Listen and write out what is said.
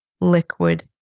liquid